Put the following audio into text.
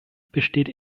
besteht